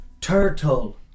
Turtle